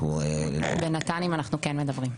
בנט"נים אנחנו כן מדברים.